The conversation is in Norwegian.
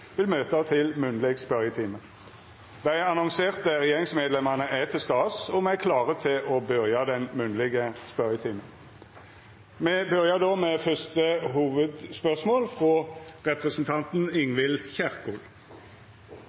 vil møta til munnleg spørjetime. Dei annonserte regjeringsmedlemene er til stades, og me er klare til å byrja den munnlege spørjetimen. Me byrjar då med det første hovudspørsmålet, frå representanten Ingvild Kjerkol.